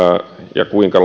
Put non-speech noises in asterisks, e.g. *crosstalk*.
ja kuinka *unintelligible*